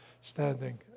standing